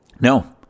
No